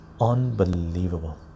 unbelievable